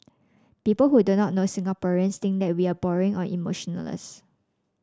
people who do not know Singaporeans think that we are boring or emotionless